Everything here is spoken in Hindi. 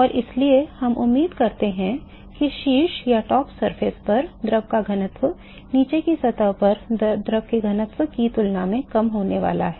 और इसलिए हम उम्मीद करते हैं कि शीर्ष सतह पर द्रव का घनत्व नीचे की सतह पर द्रव के घनत्व की तुलना में कम होने वाला है